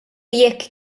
jekk